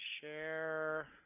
Share